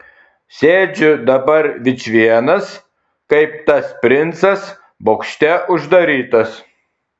sėdžiu dabar vičvienas kaip tas princas bokšte uždarytas